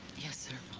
yes, sir.